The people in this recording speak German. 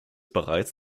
bereits